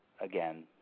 again